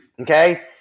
Okay